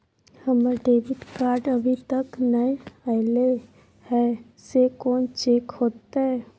हमर debit card अभी तकल नय अयले हैं, से कोन चेक होतै?